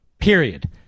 Period